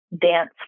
dance